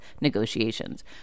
negotiations